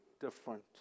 different